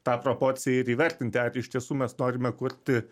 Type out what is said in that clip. tą proporciją ir įvertinti ar iš tiesų mes norime kurti